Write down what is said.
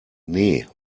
nee